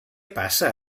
passa